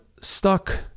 stuck